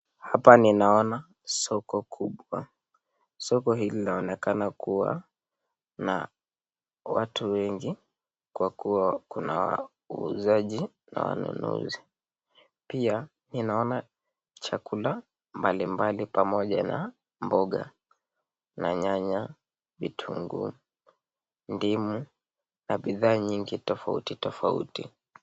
Hapa ninaona soko kubwa . Soko hili linaonekana kuwa na watu wengi kwa kuwa kuna wauzaji ambao wanauza. Pia ninaona chakula mbalimbali pamoja na mboga na nyanya, vitunguu, ndimu na bidhaa nyingi tofauti tofauti.